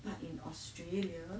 but in australia